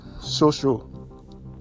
social